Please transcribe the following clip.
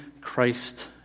Christ